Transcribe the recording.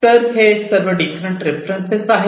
तर हे सर्व डिफरंट रेफरन्सेस आहेत